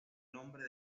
nombre